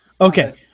Okay